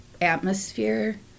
atmosphere